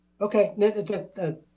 Okay